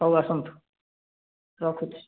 ହଉ ଆସନ୍ତୁ ରଖୁଛି